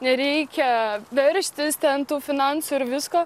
nereikia verstis ten tų finansų ir visko